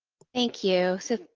thank you. so,